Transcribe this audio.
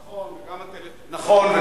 נכון,